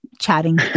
chatting